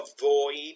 avoid